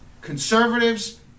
conservatives